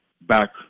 back